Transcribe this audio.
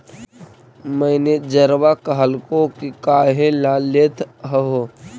मैनेजरवा कहलको कि काहेला लेथ हहो?